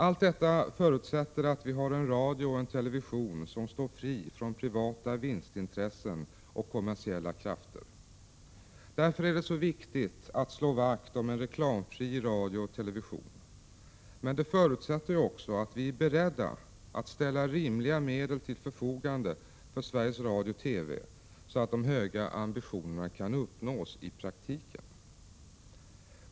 Allt detta förutsätter att vi har en radio och en television som står fri från privata vinstintressen och kommersiella krafter. Därför är det så viktigt att slå vakt om en reklamfri radio och television. Men detta förutsätter att vi också är beredda att ställa rimliga medel till förfogande för Sveriges Radio/TV, så att de höga ambitionerna kan uppnås i praktiken.